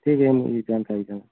ठीक है हम करते हैं